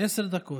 עשר דקות.